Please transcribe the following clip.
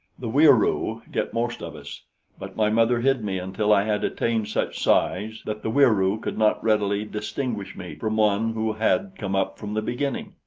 the wieroo get most of us but my mother hid me until i had attained such size that the wieroo could not readily distinguish me from one who had come up from the beginning.